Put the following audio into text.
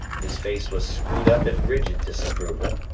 his face was screwed up in rigid disapproval,